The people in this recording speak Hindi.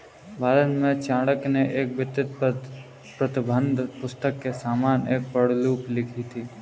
भारत में चाणक्य ने एक वित्तीय प्रबंधन पुस्तक के समान एक पांडुलिपि लिखी थी